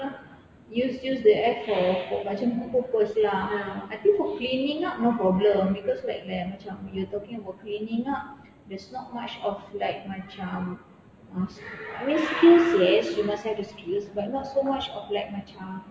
use use the app for for macam good purpose lah I think for cleaning up no problem because like like macam you talking about cleaning up there's not much of like macam uh I mean skills yes you must have the skills but not so much of like macam